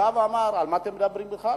הוא אמר: על מה אתם מדברים בכלל?